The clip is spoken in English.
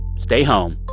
stay home.